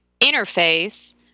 interface